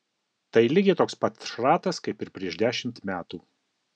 tai lygiai toks pat šratas kaip ir prieš dešimt metų